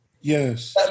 Yes